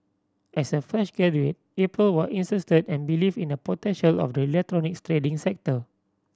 as a fresh graduate April was insisted and believed in the potential of the electronics trading sector